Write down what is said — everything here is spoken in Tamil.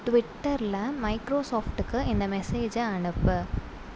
ட்விட்டரில் மைக்ரோசாஃப்ட்டுக்கு இந்த மெசேஜை அனுப்பு